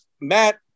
Matt